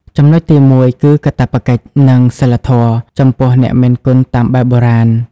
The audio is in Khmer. ចំណុចទីមួយគឺ "កាតព្វកិច្ច" និង "សីលធម៌" ចំពោះអ្នកមានគុណតាមបែបបុរាណ។